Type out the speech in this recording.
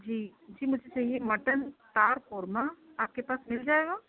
جی جی مجھے چاہیے مٹن دال قورمہ آپ کے پاس مل جائے گا